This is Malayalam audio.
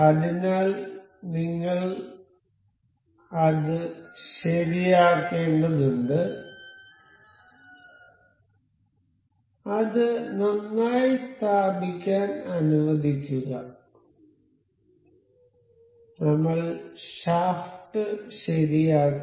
അതിനാൽ നിങ്ങൾക്ക് അത് ശരിയാക്കേണ്ടതുണ്ട് അത് നന്നായി സ്ഥാപിക്കാൻ അനുവദിക്കുക നമ്മൾ ഷാഫ്റ്റ് ശരിയാക്കും